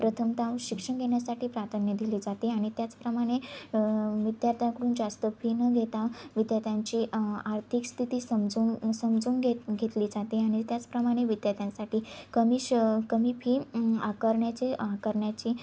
प्रथमतः शिक्षण घेण्यासाठी प्राधान्य दिले जाते आणि त्याचप्रमाणे विद्यार्थ्याकडून जास्त फी न घेता विद्यार्थ्यांची आर्थिक स्थिती समजून समजून घेत घेतली जाते आणि त्याचप्रमाणे विद्यार्थ्यांसाठी कमी श कमी फी आकारण्याची आकारण्याची